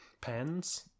Pens